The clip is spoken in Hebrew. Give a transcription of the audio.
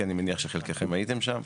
כי אני מניח שחלקכם הייתם שם,